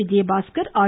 Vijayabaskar R